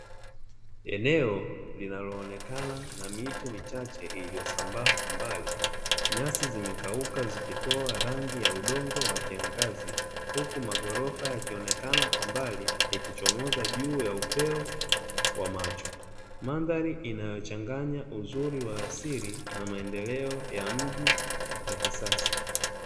Eneo linalo onekana na miti michache iliyo sambaa kwa mbali, nyasi zimekauka zikitoa rangi ya udongo wa kiangazi, huku maghorofa yakionekana kwa mbali yakichomoza juu ya upeo wa macho. Mandhari inayo changanya uzuri wa asili na maendeleo ya mji ya kisasa.